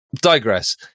digress